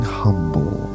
humble